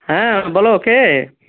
হ্যাঁ বলো কে